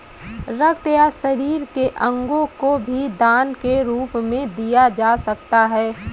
रक्त या शरीर के अंगों को भी दान के रूप में दिया जा सकता है